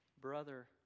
Brother